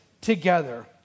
together